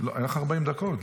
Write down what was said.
היו לך 40 דקות.